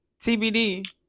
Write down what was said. TBD